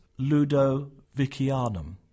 Ludovicianum